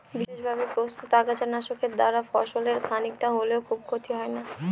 বিশেষভাবে প্রস্তুত আগাছা নাশকের দ্বারা ফসলের খানিকটা হলেও খুব ক্ষতি হয় না